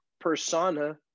persona